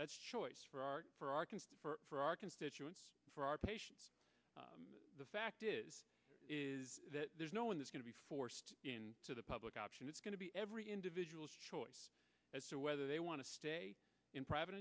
that's choice for our for our concern for our constituents for our patients the fact is is that there's no one is going to be forced to the public option it's going to be every individual's choice as to whether they want to stay in private